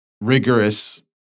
rigorous